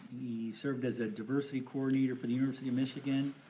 served as a diversity coordinator for the university of michigan.